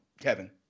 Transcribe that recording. Kevin